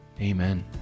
Amen